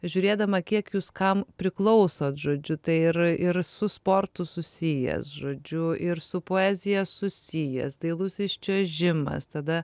žiūrėdama kiek jūs kam priklausot žodžiu tai ir ir su sportu susijęs žodžiu ir su poezija susijęs dailusis čiuožimas tada